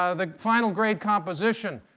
ah the final grade composition.